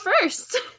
first